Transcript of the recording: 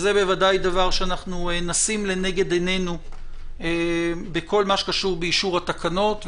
וזה בוודאי דבר שאנחנו נשים לנגד עינינו בכל מה שקשור באישור התקנות.